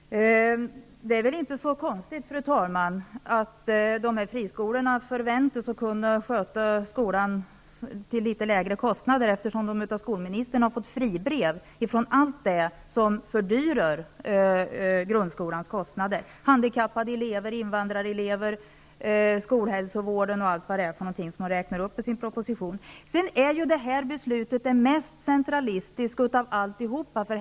Fru talman! Det är väl inte så konstigt att friskolorna förväntas kunna driva skolan till litet lägre kostnader, eftersom de av skolministern har fått ett fribrev med frihet från allt det som fördyrar grundskolan: kostnader för handikappade elever, invandrarelever, skolhälsovården och allt annat som räknas upp i propositionen. Det här förslaget innebär ett system som är det mest centralistiska av alla.